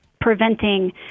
preventing